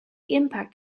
impact